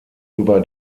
über